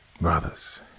Brothers